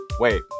Wait